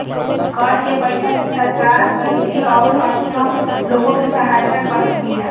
कर के पईसा से सरकार गरीबी अउरी अक्षम लोग के सहायता करत बिया